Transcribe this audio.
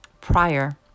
prior